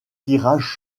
tirages